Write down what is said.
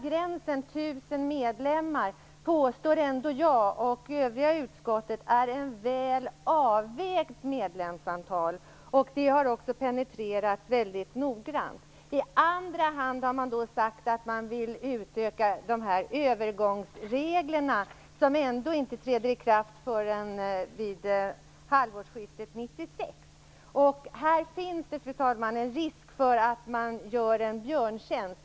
Gränsen, 1 000 medlemmar, representerar ett väl avvägt medlemsantal, påstår jag och övriga utskottet. Den frågan har också penetrerats mycket noggrant. I andra hand vill man utöka övergångsreglerna, som ändå inte träder i kraft förrän vid halvårsskiftet 1996. Här finns det, fru talman, en risk för att man gör dessa föreningar en björntjänst.